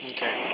Okay